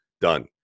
Done